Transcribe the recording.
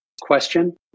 question